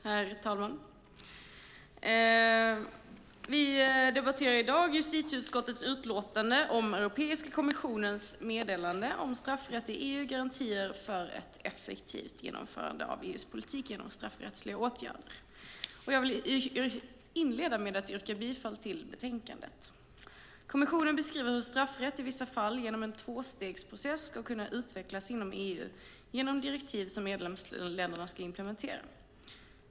Herr talman! Vi debatterar i dag justitieutskottets utlåtande om Europeiska kommissionens meddelande Straffrätt i EU: garantier för ett effektivt genomförande av EU:s politik genom straffrättsliga åtgärder . Jag vill inleda med att yrka bifall till utskottets förslag till utlåtande. Kommissionen beskriver hur straffrätt i vissa fall genom en tvåstegsprocess ska kunna utvecklas inom EU genom direktiv som medlemsländerna ska implementera.